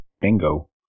Bingo